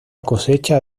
cosecha